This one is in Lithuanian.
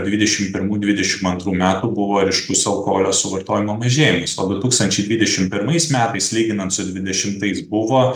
dvidešim pirmų dvidešim antrų metų buvo ryškus alkoholio suvartojimo mažėjimas o du tūkstančiai dvidešim pirmais metais lyginant su dvidešimtais buvo